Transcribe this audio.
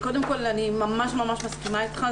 אני ממש ממש מסכימה איתך,